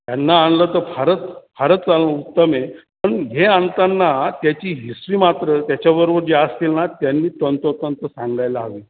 त्यांना आणलं तर फारच फारच उत्तम आहे पण हे आणताना त्याची हिस्ट्री मात्र त्याच्याबरोबर जे असतील ना त्यांनी तंतोतंत सांगायला हवी